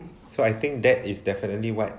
so I think that is definitely what